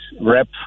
rep